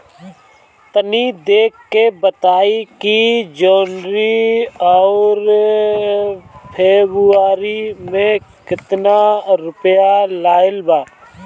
तनी देख के बताई कि जौनरी आउर फेबुयारी में कातना रुपिया आएल बा?